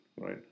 right